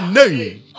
name